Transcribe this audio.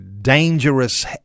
Dangerous